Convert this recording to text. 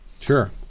sure